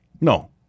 No